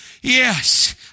Yes